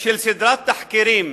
של סדרת תחקירים